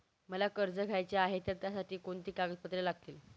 मला कर्ज घ्यायचे आहे तर त्यासाठी कोणती कागदपत्रे लागतील?